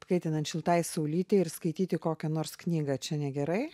kaitinant šiltai saulytei ir skaityti kokią nors knygą čia negerai